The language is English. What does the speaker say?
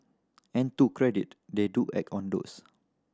and to credit they do act on those